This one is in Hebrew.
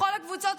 בכל הקבוצות,